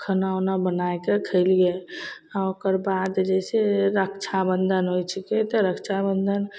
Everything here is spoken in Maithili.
खाना उना बनैके खएलिए आओर ओकरबाद जइसे रक्षाबन्धन होइ छिकै तऽ रक्षाबन्धन